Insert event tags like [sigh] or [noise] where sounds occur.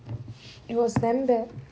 [breath] it was very bad